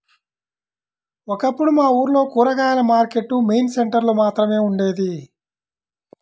ఒకప్పుడు మా ఊర్లో కూరగాయల మార్కెట్టు మెయిన్ సెంటర్ లో మాత్రమే ఉండేది